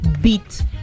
beat